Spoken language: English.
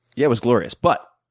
yeah it was glorious. but,